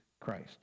Christ